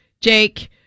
Jake